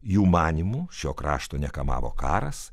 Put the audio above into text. jų manymu šio krašto nekamavo karas